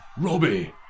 Robbie